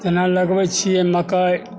जेना लगबैत छियै मकै